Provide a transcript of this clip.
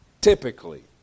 typically